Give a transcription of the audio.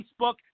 Facebook